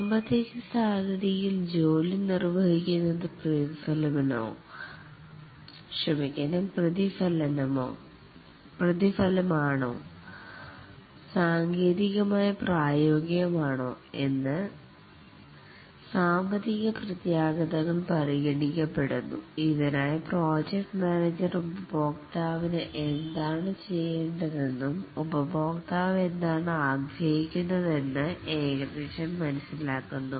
സാമ്പത്തിക സാധ്യതയിൽ ജോലി നിർവഹിക്കുന്നത് പ്രതിഫലമാണോ സാങ്കേതികമായി പ്രായോഗികമാണോ എന്ന് സാമ്പത്തിക പ്രത്യാഘാതങ്ങൾ പരിഗണിക്കപ്പെടുന്നു ഇതിനായി പ്രോജക്ട് മാനേജർ ഉപഭോക്താവിന് എന്താണ് ചെയ്യേണ്ടതെന്നും ഉപഭോക്താവ് എന്താണ് ആഗ്രഹിക്കുന്നത് എന്ന് ഏകദേശം മനസ്സിലാക്കുന്നു